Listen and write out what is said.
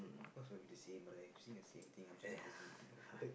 of course will be same right you're seeing the same thing I'm still saying the same thing right